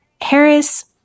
Harris